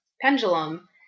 pendulum